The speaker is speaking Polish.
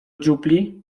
dziupli